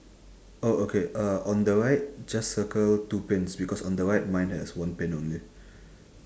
oh okay uh on the right just circle two pins because on the right mine has one pin only